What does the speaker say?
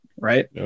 Right